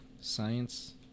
Science